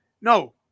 No